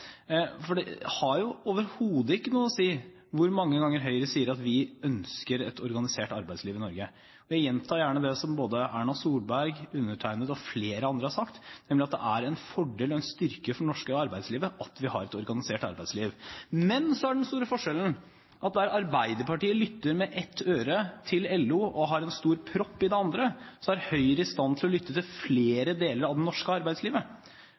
For det har jo overhodet ikke noe å si hvor mange ganger Høyre sier at vi ønsker et organisert arbeidsliv i Norge. Jeg gjentar gjerne det som både Erna Solberg, undertegnede og flere andre har sagt, nemlig at det er en fordel og en styrke for det norske arbeidslivet at vi har et organisert arbeidsliv. Men så er den store forskjellen at der Arbeiderpartiet lytter med ett øre til LO og har en stor propp i det andre, så er Høyre i stand til å lytte til flere deler av det norske arbeidslivet.